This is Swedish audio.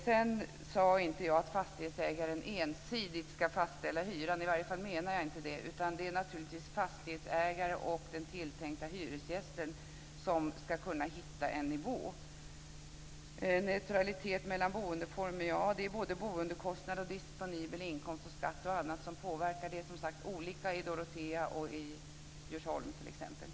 Sedan sade jag inte att fastighetsägaren ensidigt ska fastställa hyran. I varje fall menar jag inte det. Det är naturligtvis fastighetsägaren och den tilltänkta hyresgästen som ska kunna hitta en nivå. Beträffande neutralitet mellan boendeformer är det såväl boendekostnader och disponibel inkomst som skatt och annat som påverkar. Det är som sagt olika i t.ex. Dorotea och Djursholm.